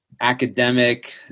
academic